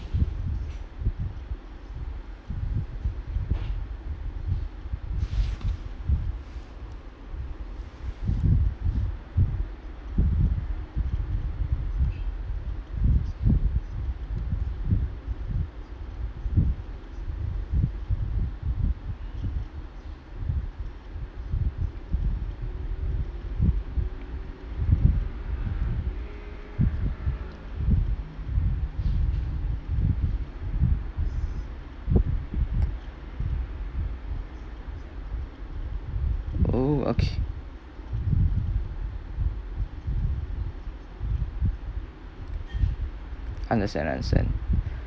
understand understand